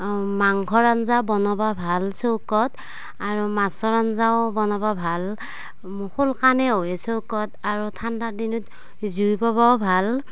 মাংসৰ আঞ্জা বনাব ভাল চৌকাত আৰু মাছৰ আঞ্জাও বনাব ভাল সোনকালে হয় চৌকাত আৰু ঠাণ্ডাৰ দিনত জুই ফুৱাবও ভাল